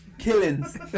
Killings